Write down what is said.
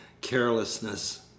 carelessness